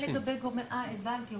הבנתי.